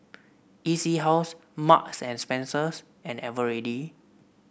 E C House Marks And Spencers and Eveready